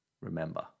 Remember